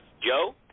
Joe